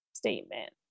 statement